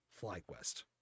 FlyQuest